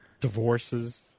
Divorces